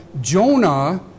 Jonah